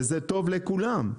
זה טוב לכולם.